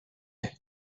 هست